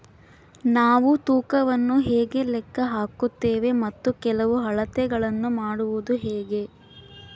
ನಾವು ತೂಕವನ್ನು ಹೇಗೆ ಲೆಕ್ಕ ಹಾಕುತ್ತೇವೆ ಮತ್ತು ಕೆಲವು ಅಳತೆಗಳನ್ನು ಮಾಡುವುದು ಹೇಗೆ?